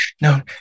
No